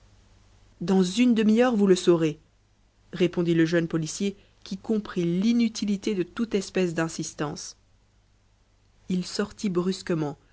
dans une demi-heure vous le saurez répondit le jeune policier qui comprit l'inutilité de toute espèce d'insistance il sortit brusquement